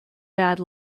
bad